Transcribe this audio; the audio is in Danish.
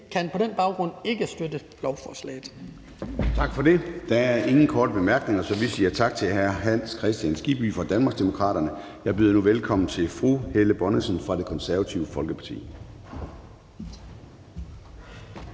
Kl. 10:55 Formanden (Søren Gade): Tak for det. Der er ingen korte bemærkninger, så vi siger tak til hr. Hans Kristian Skibby fra Danmarksdemokraterne. Jeg byder nu velkommen til fru Helle Bonnesen fra Det Konservative Folkeparti.